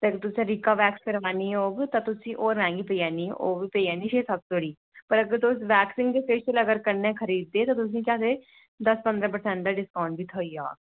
ते अगर तुसें रीका वैक्स करवानी होग ते ओह् तुसेंगी होर मैंह्गी पेई जानी ओह्बी पेई जानी छे सत्त सो दी अगर तुस वैक्सिंग ते फेशियल अगर कन्ने खरीदे ते तुसेंगी केह् आखदे दस्स पंदरां परसैंट दा डिस्काउंट बी थ्होई जाग